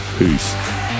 Peace